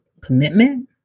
commitment